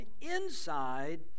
inside